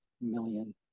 million